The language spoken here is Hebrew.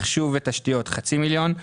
מחשוב ותשתיות בחצי מיליון,